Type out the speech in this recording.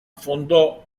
fondò